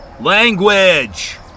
Language